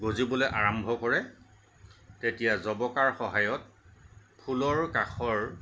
গজিবলৈ আৰম্ভ কৰে তেতিয়া জবকাৰ সহায়ত ফুলৰ কাষৰ